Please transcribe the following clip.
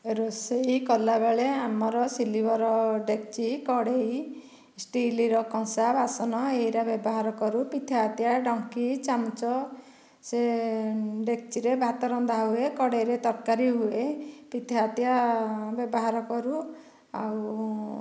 ରୋଷେଇ କଲାବେଳେ ଆମର ସିଲିଭର୍ ଡେକ୍ଚି କଢ଼ାଇ ଷ୍ଟିଲର କଂସା ବାସନ ଏହିଟା ବ୍ୟବହାର କରୁ ପିଠାତିଆ ଡଙ୍କୀ ଚାମଚ ସେ ଡେକ୍ଚିରେ ଭାତ ରନ୍ଧା ହୁଏ କଢ଼ାଇରେ ତରକାରୀ ହୁଏ ପିଠାତିଆ ବ୍ୟବହାର କରୁ ଆଉ